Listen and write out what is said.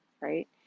right